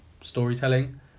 storytelling